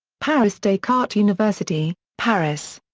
paris descartes university, paris.